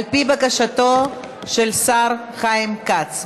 על פי בקשתו של השר חיים כץ.